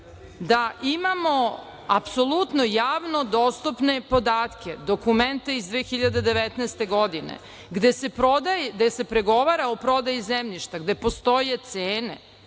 da imamo apsolutno javno dostupne podatke, dokumente iz 2019. godine gde se pregovara o prodaji zemljišta, gde postoje cene,